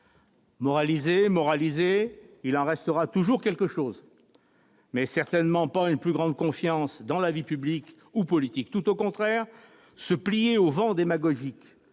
Moralisez, moralisez, il en restera toujours quelque chose, mais certainement pas une plus grande confiance dans la vie publique ou politique. Tout au contraire, se plier au vent démagogique